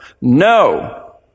no